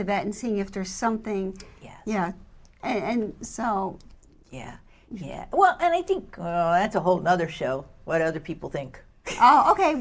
the vet and seeing if there's something yeah yeah and so yeah yeah well and i think that's a whole another show what other people think oh ok